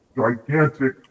gigantic